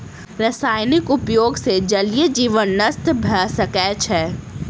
रासायनिक उपयोग सॅ जलीय जीवन नष्ट भ सकै छै